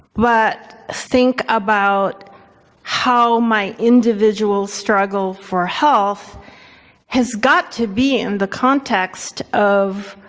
but think about how my individual struggle for health has got to be in the context of